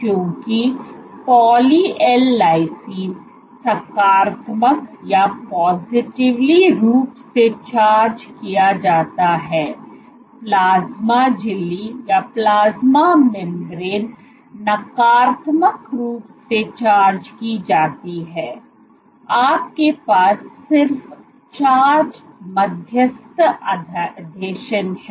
क्योंकि poly L lysine सकारात्मक रूप से चार्ज किया जाता है प्लाज्मा झिल्ली नकारात्मक रूप से चार्ज की जाती है आपके पास सिर्फ चार्ज मध्यस्थता आसंजन है